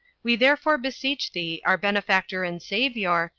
we therefore beseech thee, our benefactor and savior,